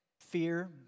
fear